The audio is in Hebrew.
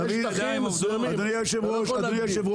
יש שטחים מסוימים, ואתה לא יכול להגדיל.